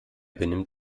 benimmt